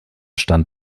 stand